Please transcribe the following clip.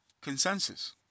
consensus